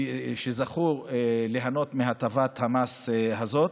שהם זכו ליהנות מהטבת המס הזאת.